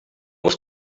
was